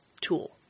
tool